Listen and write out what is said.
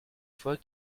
fois